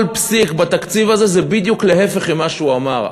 כל פסיק בתקציב הזה הוא בדיוק להפך ממה שהוא אמר.